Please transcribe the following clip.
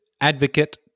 advocate